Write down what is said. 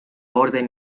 orden